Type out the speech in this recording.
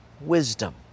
wisdom